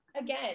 again